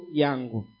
yangu